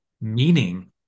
meaning